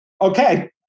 okay